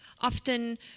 Often